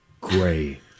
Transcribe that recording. gray